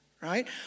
right